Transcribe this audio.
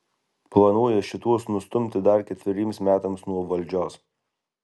planuoja šituos nustumti dar ketveriems metams nuo valdžios